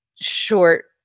short